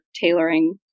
tailoring